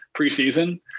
preseason